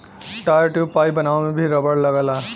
tyre, tube, pipe बनावे में भी रबड़ लगला